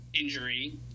injury